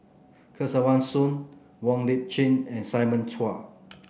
Kesavan Soon Wong Lip Chin and Simon Chua